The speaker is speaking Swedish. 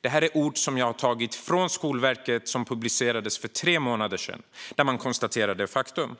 Detta är ord som jag tagit från Skolverket och som publicerades för tre månader sedan. Där konstaterar man detta faktum.